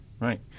Right